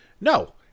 No